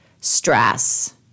stress